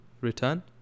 return